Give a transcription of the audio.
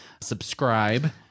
Subscribe